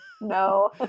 no